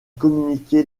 communiqué